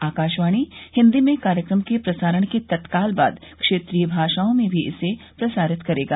आकाशवाणी हिन्दी में कार्यक्रम के प्रसारण के तत्काल बाद क्षेत्रीय भाषाओं में भी इसे प्रसारित करेगा